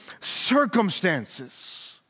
circumstances